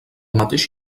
mateix